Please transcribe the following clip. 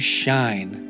shine